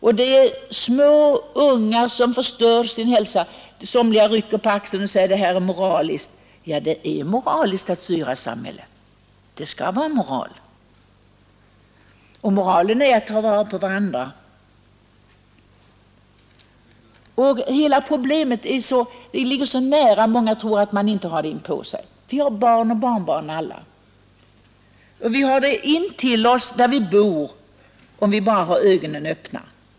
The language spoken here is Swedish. Redan som små förstör de på detta sätt sin hälsa. Somliga rycker på axlarna och säger: Detta är en fråga om moral. Ja, det är moraliskt att styra samhället. Det skall vara en fråga om moral. Moralen är att vi skall ta vara på varandra, Problemet ligger oss så nära, även om många tror att man inte har det inpå sig. Vi har alla barn och barnbarn. Vi har problemet inpå oss där vi bor, om vi bara har ögonen öppna.